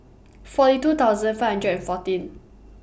forty two thousand five hundred and fourteen